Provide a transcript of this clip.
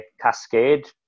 cascade